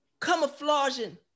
camouflaging